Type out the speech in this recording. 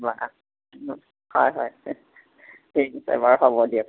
বাৰু হয় হয় ঠিক আছে বাৰু হ'ব দিয়ক